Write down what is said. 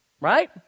Right